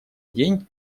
день